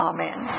Amen